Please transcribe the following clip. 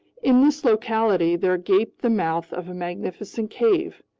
in this locality there gaped the mouth of a magnificent cave.